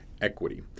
equity